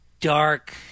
dark